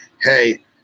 Hey